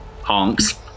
honks